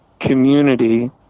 community